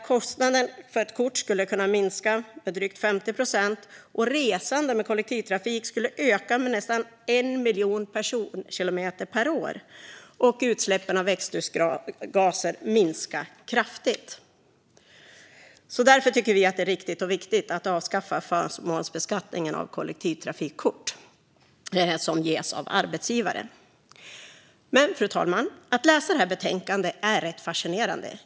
Kostnaden för ett kort skulle kunna minska med drygt 50 procent, och resandet med kollektivtrafik skulle öka med nästan 1 miljon personkilometer per år. Utsläppen av växthusgaser skulle också minska kraftigt. Därför tycker vi att det är riktigt och viktigt att avskaffa förmånsbeskattningen av kollektivtrafikkort som ges av arbetsgivare. Fru talman! Att läsa betänkandet är dock rätt fascinerande.